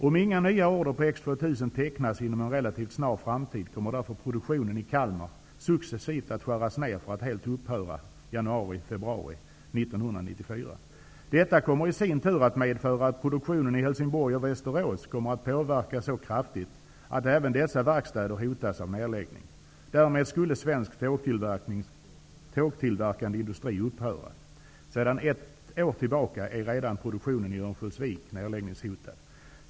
Om inga nya order på X 2000 tecknas inom en relativt snar framtid kommer därför produktionen i Kalmar successivt att skäras ner för att helt upphöra under januari, februari 1994. Detta kommer i sin tur att medföra att produktionen i Helsingborg och Västerås kommer att påverkas så kraftigt att även dessa verkstäder hotas av nedläggning. Därmed skulle svensk tågtillverkande industri upphöra. Sedan ett år tillbaka är produktionen i Örnsköldsvik nedläggningshotad.